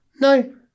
No